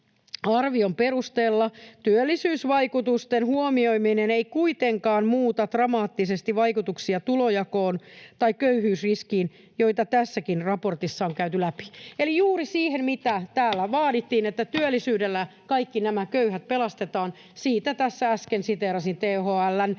arvion perusteella työllisyysvaikutusten huomioiminen ei kuitenkaan muuta dramaattisesti vaikutuksia tulonjakoon tai köyhyysriskiin, joita tässäkin raportissa on käyty läpi.” Eli juuri siitä, mitä täällä vaadittiin, että työllisyydellä kaikki köyhät pelastetaan, tässä äsken siteerasin THL:n